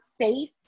safe